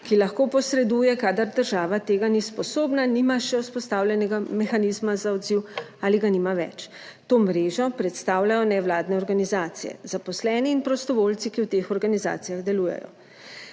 ki lahko posreduje, kadar država tega ni sposobna, nima še vzpostavljenega mehanizma za odziv ali ga nima več. To mrežo predstavljajo nevladne organizacije, zaposleni in prostovoljci, ki v teh organizacijah delujejo.